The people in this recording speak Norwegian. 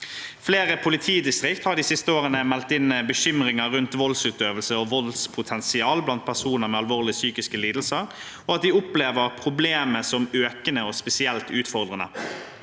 Flere politidistrikt har de siste årene meldt inn bekymringer rundt voldsutøvelse og voldspotensial blant personer med alvorlige psykiske lidelser og at de opplever problemet som økende og spesielt utfordrende.